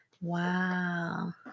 Wow